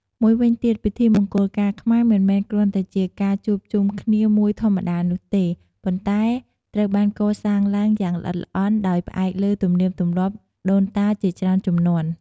មួយវិញទៀត ពិធីមង្គលការខ្មែរមិនមែនគ្រាន់តែជាការជួបជុំគ្នាមួយធម្មតានោះទេ ប៉ុន្តែត្រូវបានកសាងឡើងយ៉ាងល្អិតល្អន់ដោយផ្អែកលើទំនៀមទម្លាប់ដូនតាជាច្រើនជំនាន់។